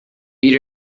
beat